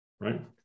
Right